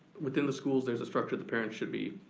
within the schools there's a structure the parents should be